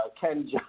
Ken